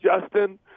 Justin